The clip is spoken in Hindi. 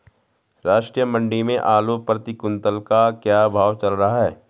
राष्ट्रीय मंडी में आलू प्रति कुन्तल का क्या भाव चल रहा है?